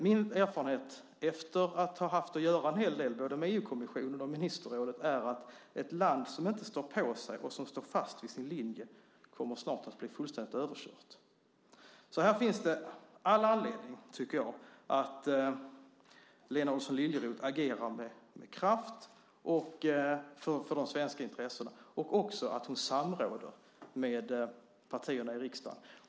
Min erfarenhet, efter att ha haft en hel del att göra med både EU-kommissionen och ministerrådet, är att ett land som inte står på sig och inte står fast vid sin linje snart kommer att blir fullständigt överkört. Här finns det all anledning för Lena Adelsohn Liljeroth att agera med kraft för de svenska intressena och att också samråda med partierna i riksdagen.